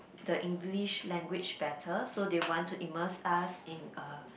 the English language better so they want to immerse us in a